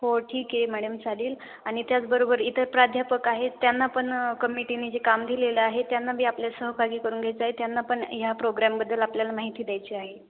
हो ठीक आहे मॅडम चालेल आणि त्याचबरोबर इतर प्राध्यापक आहेत त्यांना पण कमिटीनी जे काम दिलेलं आहे त्यांना बी आपल्यात सहभागी करून घ्यायचं आहे त्यांना पण ह्या प्रोग्रामबद्दल आपल्याला माहिती द्यायची आहे